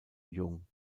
jung